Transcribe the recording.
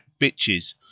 bitches